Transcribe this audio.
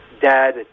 Dad